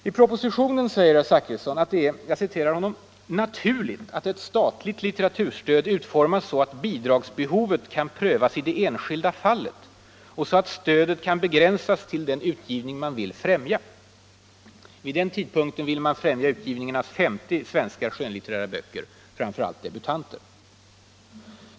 I propositionen säger herr Zachrisson att det är ”naturligt att ett statligt litteraturstöd utformas så att bidragsbehovet kan prövas i det enskilda fallet och så att stödet kan begränsas till den utgivning man vill främja”. Vid den tidpunkten ville man främja utgivningen av 50 svenska skönlitterära böcker, främst debutanter.